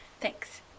thanks